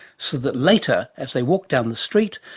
so that later, as they walked down the street,